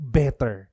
better